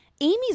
Amy's